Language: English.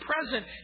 present